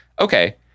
Okay